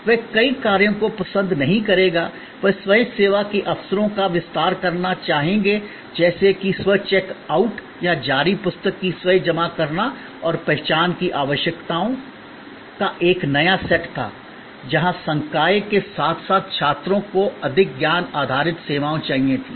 वे कई कार्यों को पसंद नहीं करेंगे वे स्वयं सेवा के अवसरों का विस्तार करना चाहेंगे जैसे कि स्व चेक आउट या जारी पुस्तकों की स्वयं जमा करना और पहचान की आवश्यकताओं का एक नया सेट था जहां संकाय के साथ साथ छात्रों को अधिक ज्ञान आधारित सेवाएं चाहिए थीं